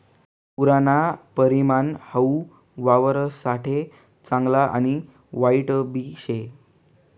पुरना परिणाम हाऊ वावरससाठे चांगला आणि वाईटबी शे